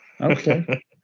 Okay